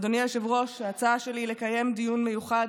אדוני היושב-ראש, ההצעה שלי היא לקיים דיון מיוחד